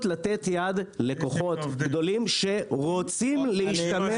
לתת יד לכוחות גדולים שרוצים להשתמש